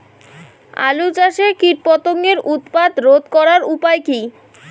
আলু চাষের কীটপতঙ্গের উৎপাত রোধ করার উপায় কী?